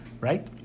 Right